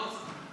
לא צריך.